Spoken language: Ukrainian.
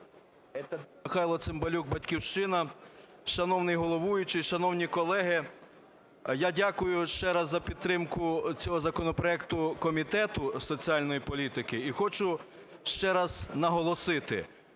Михайло Цимбалюк, "Батьківщина". Шановний головуючий, шановні колеги! Я дякую ще раз за підтримку цього законопроекту Комітету соціальної політики. І хочу ще раз наголосити,